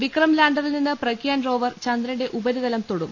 വിക്രം ലാൻറിൽ നിന്ന് പ്രഗ്യാൻ റോവർ ചന്ദ്രന്റെ ഉപരിതലം തൊടും